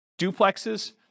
duplexes